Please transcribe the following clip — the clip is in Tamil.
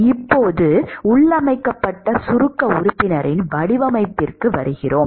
இப்போது உள்ளமைக்கப்பட்ட சுருக்க உறுப்பினரின் வடிவமைப்பிற்கு வருகிறோம்